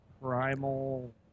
primal